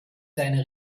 seine